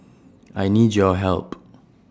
I need your help